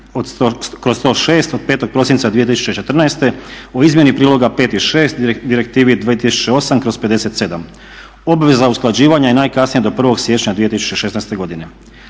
2014/106 od 5.prosinca 2014.o izmjeni priloga 5 i 6, direktivi 2008/57. Obveza usklađivanja je najkasnije do 1.siječnja 2016.godine.